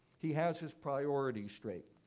he has his priorities straight.